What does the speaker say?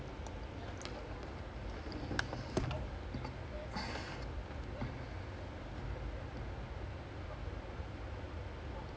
but there's a deflection butstill I don't know how they just manual eh oh my god you know they put the meme right போ போகாது:po pogaathu then they become the two thousand